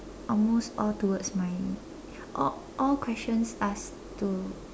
almost all towards mine all all questions ask to